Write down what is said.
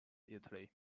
italy